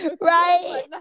Right